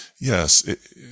Yes